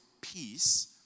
peace